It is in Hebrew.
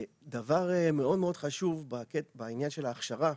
דבר מאוד מאוד חשוב בעניין של ההכשרה,